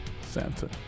Santa